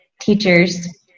teachers